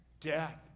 Death